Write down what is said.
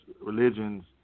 religions